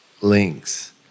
links